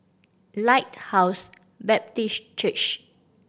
Lighthouse Baptist Church